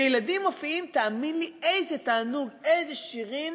כשילדים מופיעים, איזה תענוג, איזה שירים.